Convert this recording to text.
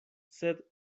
sed